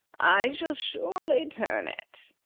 i shall surely turn it.